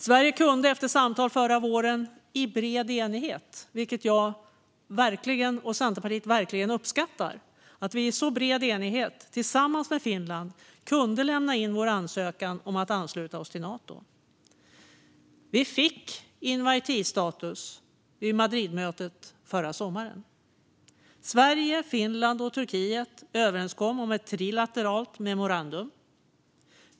Sverige kunde efter samtal förra våren i bred enighet, vilket jag och Centerpartiet verkligen uppskattar, tillsammans med Finland lämna in sin ansökan om att ansluta sig till Nato och fick inviteestatus vid Madridmötet i somras. Sverige, Finland och Turkiet kom överens om ett trilateralt memorandum.